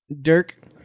Dirk